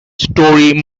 story